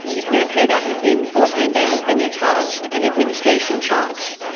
if you don't pay that within fourteen days then you are charged an administration charge.